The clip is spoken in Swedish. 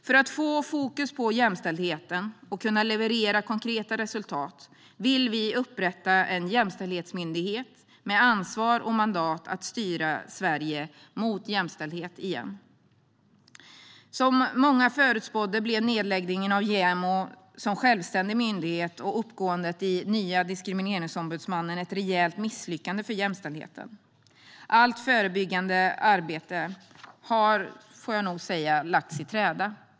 För att få fokus på jämställdheten och kunna leverera konkreta resultat vill vi inrätta en jämställdhetsmyndighet med ansvar och mandat att styra Sverige mot jämställdhet igen. Som många förutspådde blev nedläggningen av JämO, som självständig myndighet, och verksamhetens uppgående i nya Diskrimineringsombudsmannen ett rejält misslyckande för jämställdheten. Allt förebyggande arbete har, får jag nog säga, lagts i träda.